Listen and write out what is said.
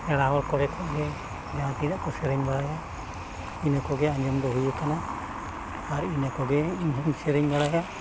ᱥᱮᱬᱟ ᱦᱚᱲ ᱠᱚᱨᱮ ᱠᱷᱚᱱ ᱜᱮ ᱡᱟᱦᱟᱸ ᱛᱤᱱᱟᱹᱜ ᱠᱚ ᱥᱮᱨᱮᱧ ᱵᱟᱲᱟᱭᱟ ᱤᱱᱟᱹ ᱠᱚᱜᱮ ᱟᱸᱡᱚᱢ ᱫᱚ ᱦᱩᱭ ᱠᱟᱱᱟ ᱟᱨ ᱤᱱᱟᱹ ᱠᱚᱜᱮ ᱤᱧ ᱦᱚᱧ ᱥᱮᱨᱮᱧ ᱵᱟᱲᱟᱭᱟ